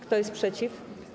Kto jest przeciw?